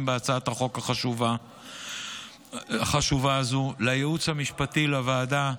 בהצעת החוק החשובה הזו: לייעוץ המשפטי לוועדה,